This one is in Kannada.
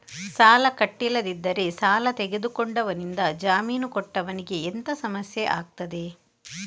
ಸಾಲ ಕಟ್ಟಿಲ್ಲದಿದ್ದರೆ ಸಾಲ ತೆಗೆದುಕೊಂಡವನಿಂದ ಜಾಮೀನು ಕೊಟ್ಟವನಿಗೆ ಎಂತ ಸಮಸ್ಯೆ ಆಗ್ತದೆ?